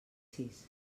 sis